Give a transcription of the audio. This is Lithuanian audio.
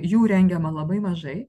jų rengiama labai mažai